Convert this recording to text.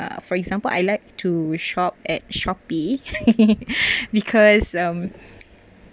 uh for example I like to shop at shopee because um